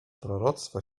proroctwo